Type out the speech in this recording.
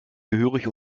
gehörig